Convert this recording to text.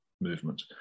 movement